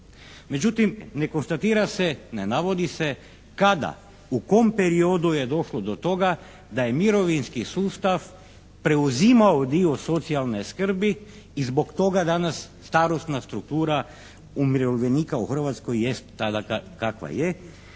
Međutim, ne konstatira se, ne navodi se kada, u kom periodu je došlo do toga da je mirovinski sustav preuzimao dio socijalne skrbi i zbog toga danas starosna struktura umirovljenika u Hrvatskoj jest tada kakva je.